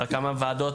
היישוב רוצה,